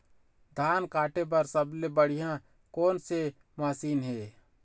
धान काटे बर सबले बढ़िया कोन से मशीन हे?